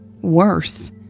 Worse